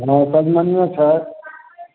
तेनाही सजमनिओ छनि